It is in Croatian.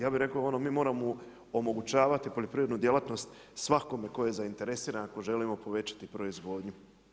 Ja bi rekao mi moramo omogućavati poljoprivrednu djelatnost svakome tko je zainteresiran ako želimo povećati proizvodnju.